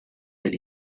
del